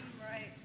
Right